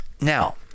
Now